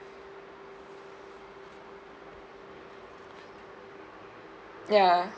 ya